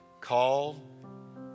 Called